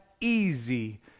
easy